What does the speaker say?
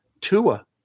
Tua